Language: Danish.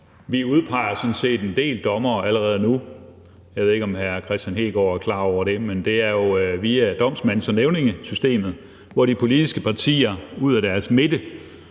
Vi udpeger sådan set en del dommere allerede nu. Jeg ved ikke, om hr. Kristian Hegaard er klar over det, men det er jo via domsmands- og nævningesystemet, hvor de politiske partier og også andre